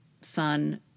son